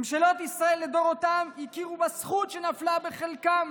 ממשלות ישראל לדורותיהן הכירו בזכות שנפלה בחלקן